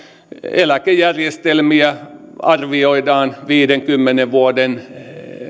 eläkejärjestelmiä arvioidaan viidenkymmenen vuoden